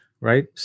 right